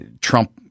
Trump